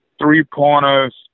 three-pointers